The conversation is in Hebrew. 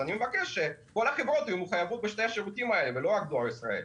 אני מבקש שכל החברות יחויבו בשני השירותים האלה ולא רק דואר ישראל.